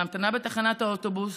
בהמתנה בתחנת האוטובוס,